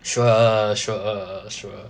sure sure sure